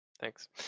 Thanks